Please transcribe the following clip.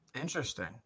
interesting